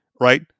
right